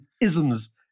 isms